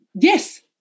Yes